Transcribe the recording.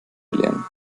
belehren